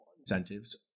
incentives